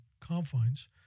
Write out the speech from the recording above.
confines